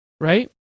right